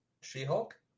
She-Hulk